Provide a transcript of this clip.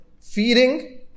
feeding